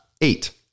eight